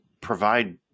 provide